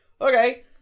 okay